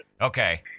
Okay